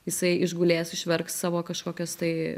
jisai išgulės išverks savo kažkokias tai